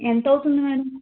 ఎంత అవుతుంది మ్యాడం